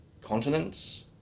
continents